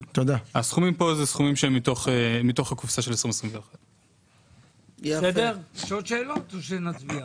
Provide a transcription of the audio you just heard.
הסכומים פה הם סכומים הם מתוך הקופסה של 2021. יש עוד שאלות או שנצביע?